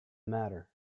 matter